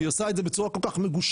והיא עושה את זה בצורה כל כך מגושמת,